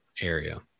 area